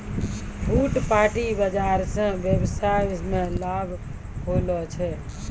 फुटपाटी बाजार स वेवसाय मे लाभ होलो छै